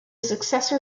successor